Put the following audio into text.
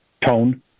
tone